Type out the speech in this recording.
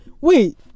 wait